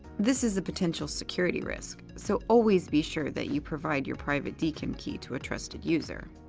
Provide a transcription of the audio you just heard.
this is a potential security risk, so always be sure that you provide your private dkim key to a trusted user.